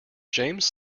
james